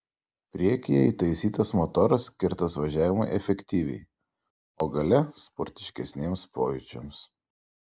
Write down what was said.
priekyje įtaisytas motoras skirtas važiavimui efektyviai o gale sportiškesniems pojūčiams